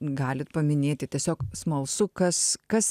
galit paminėti tiesiog smalsu kas kas